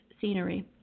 scenery